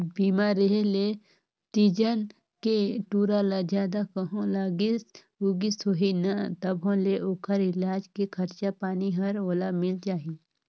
बीमा रेहे ले तीजन के टूरा ल जादा कहों लागिस उगिस होही न तभों ले ओखर इलाज के खरचा पानी हर ओला मिल जाही